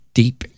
deep